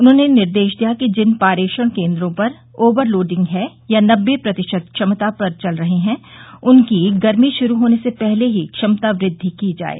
उन्होंने निर्देश दिया कि जिन पारेषण केन्द्रों पर ओवर लोडिंग है या नब्बे प्रतिशत क्षमता पर चल रहे हैं उनकी गर्मी शुरू होने से पहले ही क्षमता वृद्धि कर दी जाये